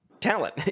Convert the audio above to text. talent